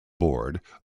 board